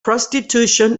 prostitution